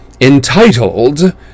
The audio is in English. entitled